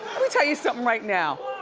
me tell you something right now.